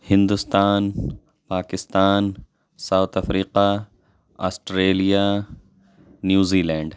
Hindustan Pakistan South Africa Australia New Zealand